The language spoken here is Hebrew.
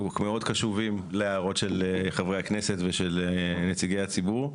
מאוד קשובים להערות של חברי הכנסת ושל נציגי הציבור.